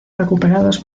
recuperados